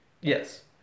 Yes